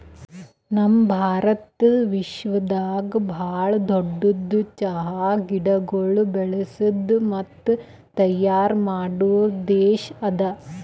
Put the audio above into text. ನಮ್ ಭಾರತ ವಿಶ್ವದಾಗ್ ಭಾಳ ದೊಡ್ಡುದ್ ಚಹಾ ಗಿಡಗೊಳ್ ಬೆಳಸದ್ ಮತ್ತ ತೈಯಾರ್ ಮಾಡೋ ದೇಶ ಅದಾ